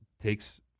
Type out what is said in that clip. takes